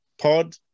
pod